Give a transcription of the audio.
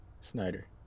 Snyder